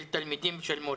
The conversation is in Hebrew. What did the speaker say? של תלמידים ושל מורים.